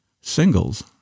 Singles